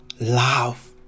love